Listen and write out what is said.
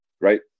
right